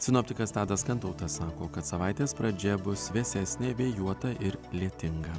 sinoptikas tadas kantautas sako kad savaitės pradžia bus vėsesnė vėjuota ir lietinga